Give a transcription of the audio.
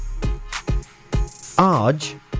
Arge